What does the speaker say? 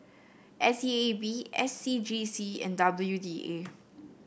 S E A B S C G C and W D A